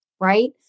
right